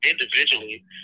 individually